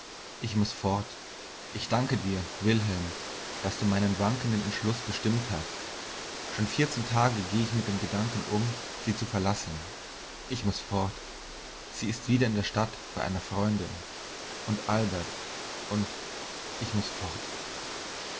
ich muß fort ich danke dir wilhelm daß du meinen wankenden entschluß bestimmt hast schon vierzehn tage gehe ich mit dem gedanken um sie zu verlassen ich muß fort sie ist wieder in der stadt bei einer freundin und albert und ich muß fort